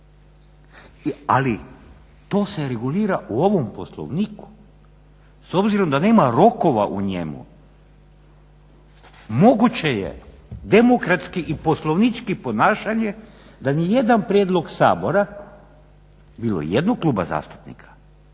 Ali to se regulira u ovom Poslovniku. S obzirom da nema rokova u njemu moguće je demokratski i poslovnički ponašanje da niti jedan prijedlog Sabora, bilo jednog kluba zastupnika,